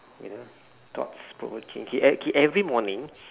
wait uh thoughts provoking okay every morning